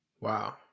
Wow